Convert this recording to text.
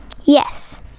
Yes